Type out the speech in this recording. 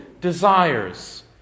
desires